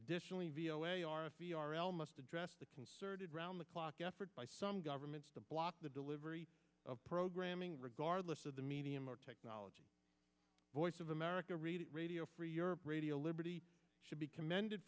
additionally v o a r f e r l must address the concerted around the clock effort by some governments to block the delivery of programming regardless of the medium or technology voice of america read radio free europe radio liberty should be commended